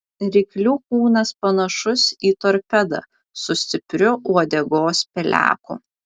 ryklių kūnas panašus į torpedą su stipriu uodegos peleku